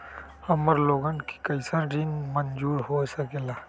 हमार लोगन के कइसन ऋण मंजूर हो सकेला?